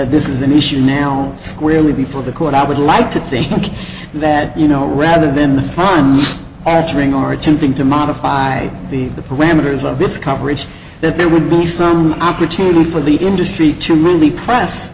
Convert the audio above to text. that this is an issue now squarely before the court i would like to think that you know rather than the front ring or attempting to modify the parameters of this coverage that there would be some opportunity for the industry to really press